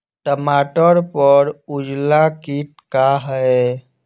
टमाटर पर उजला किट का है?